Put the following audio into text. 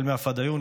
החל מהפדאיון,